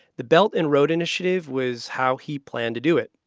the belt and road initiative was how he planned to do it,